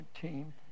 team